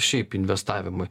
šiaip investavimui